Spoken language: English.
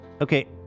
Okay